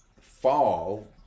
fall